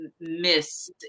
miss